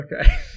Okay